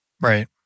Right